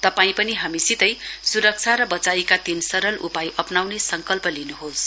तपाईं पनि हामीसितै सुरक्षा र बचाईका तीन सरल उपाय अप्राउने संकल्प गर्नुहोस